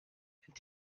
and